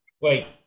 Wait